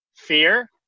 fear